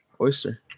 oyster